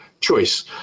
choice